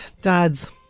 dads